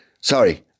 sorry